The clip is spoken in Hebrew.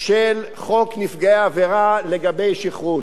של חוק נפגעי עבירה לגבי שכרות.